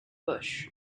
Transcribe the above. bush